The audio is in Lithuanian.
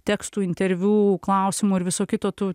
tekstų interviu klausimų ir viso kito tu